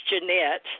Jeanette